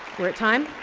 we're at time.